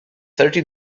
thirty